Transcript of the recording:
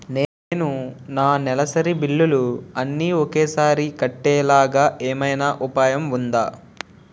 నేను నా నెలసరి బిల్లులు అన్ని ఒకేసారి కట్టేలాగా ఏమైనా ఉపాయం ఉందా?